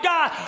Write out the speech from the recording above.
God